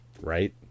Right